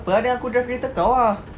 tak apa then aku drive kereta kau ah